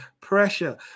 pressure